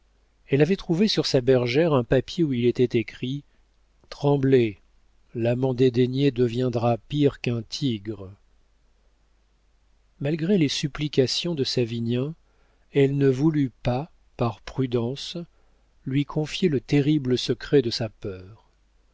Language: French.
elle avait trouvé sur sa bergère un papier où était écrit tremblez l'amant dédaigné deviendra pire qu'un tigre malgré les supplications de savinien elle ne voulut pas par prudence lui confier le terrible secret de sa peur